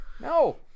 No